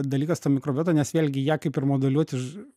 dalykas ta mikrobiota nes vėlgi ją kaip ir moduliuot iš